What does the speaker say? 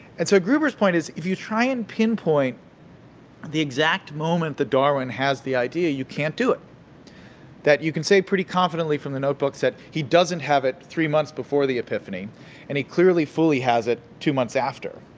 and so, gruber's point is if you try and pinpoint the exact moment that darwin has the idea, you can't do it that you can say pretty confidently from the notebooks that he doesn't have it three months before the epiphany and he clearly, fully has it two months after.